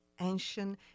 ancient